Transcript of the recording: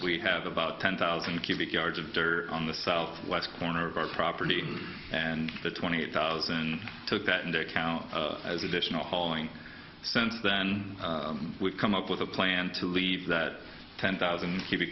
we have about ten thousand cubic yards of dirt on the southwest corner of our property and the twenty eight thousand took that into account as additional hauling since then we've come up with a plan to leave that ten thousand